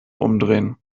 umdrehen